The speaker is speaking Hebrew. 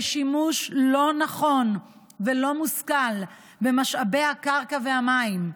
שימוש לא נכון ולא מושכל במשאבי הקרקע והמים.